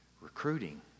Recruiting